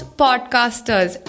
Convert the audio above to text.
podcasters